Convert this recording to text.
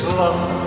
love